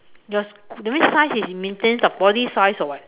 yours that means size is maintain the body size or what